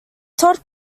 todd